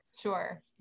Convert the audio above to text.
sure